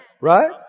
Right